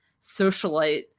socialite